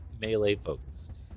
melee-focused